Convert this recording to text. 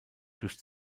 durch